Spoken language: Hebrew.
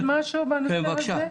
אפשר להגיד משהו בעניין הזה?